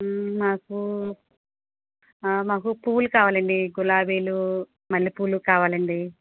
మాకు మాకు పూలు కావాలండి గులాబీలు మల్లెపూలు కావాలండి